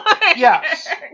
yes